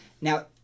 Now